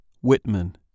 Whitman